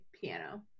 piano